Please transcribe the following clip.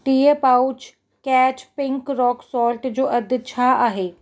टीह pouch Catch pink rock salt जो अघु छा आहे